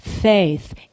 faith